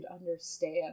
understand